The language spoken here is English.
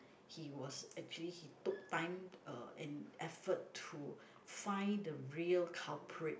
he was actually he took time uh and effort to find the real culprit